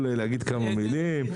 יכול להגיד כמה מילים,